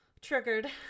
Triggered